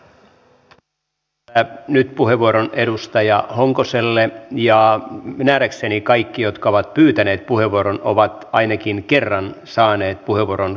myönnän vielä nyt puheenvuoron edustaja honkoselle ja nähdäkseni kaikki jotka ovat pyytäneet puheenvuoron ovat ainakin kerran saaneet puheenvuoron käyttää